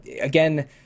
again